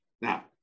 Now